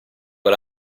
con